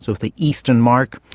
so the eastern mark.